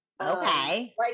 Okay